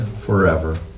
forever